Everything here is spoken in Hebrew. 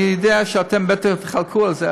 אני יודע שאתם בטח תחלקו על זה,